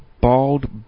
Bald